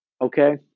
Okay